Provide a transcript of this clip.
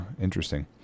interesting